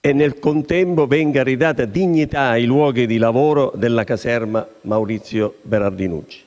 e, nel contempo, venga ridata dignità a luoghi di lavoro come la caserma Maurizio Berardinucci,